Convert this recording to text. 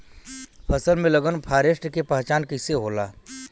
फसल में लगल फारेस्ट के पहचान कइसे होला?